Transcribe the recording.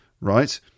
right